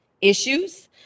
issues